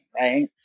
Right